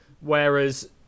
whereas